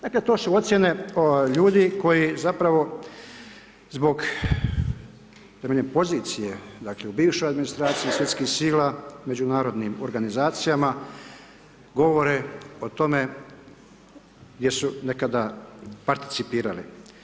Dakle, to su ocijene ljudi koji zapravo zbog temeljem pozicije, dakle, u bivšoj administraciji svjetskih sila, Međunarodnim organizacijama, govore o tome gdje su nekada participirali.